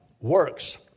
works